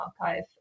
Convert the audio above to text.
archive